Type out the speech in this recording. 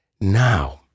now